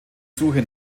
suche